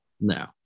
No